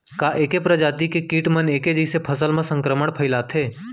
का ऐके प्रजाति के किट मन ऐके जइसे फसल म संक्रमण फइलाथें?